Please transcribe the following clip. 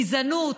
גזענות,